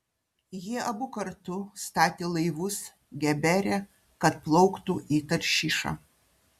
jie abu kartu statė laivus gebere kad plauktų į taršišą